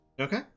Okay